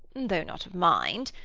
though not of mind,